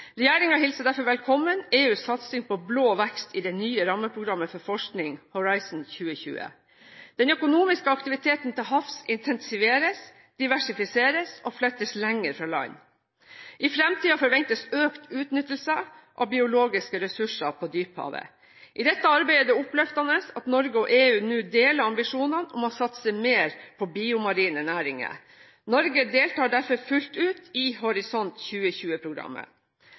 hilser derfor velkommen EUs satsing på blå vekst i det nye rammeprogrammet for forskning, Horisont 2020. Den økonomiske aktiviteten til havs intensiveres, diversifiseres og flyttes lenger fra land. I fremtiden forventes det økt utnyttelse av biologiske ressurser på dyphavet. I dette arbeidet er det oppløftende at Norge og EU deler ambisjonene om å satse mer på biomarine næringer. Norge deltar derfor fullt ut i Horisont